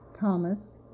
Thomas